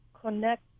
connect